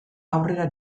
aurrera